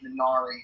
Minari